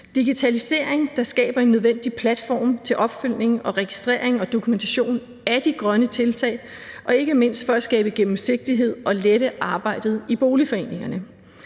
digitalisering, der skaber en nødvendig platform til opfølgning på og registrering og dokumentation af de grønne tiltag, ikke mindst for at skabe gennemsigtighed og lette arbejdet i boligforeningerne.